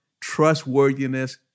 trustworthiness